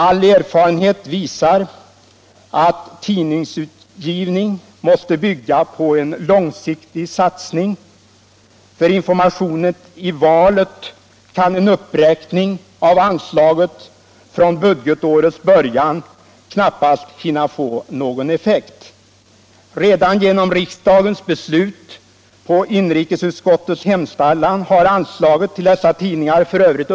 All erfarenhet visar att tidningsutgivning måste bygga på långsiktig satsning. För informationen inför valet kan en uppräkning av anslaget från budgetårets början knappast hinna få någon effekt. Redan genom riksdagens beslut och inrikesutskottets hemställan har anslaget till dessa tidningar f.ö.